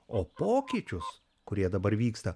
o pokyčius kurie dabar vyksta